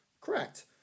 Correct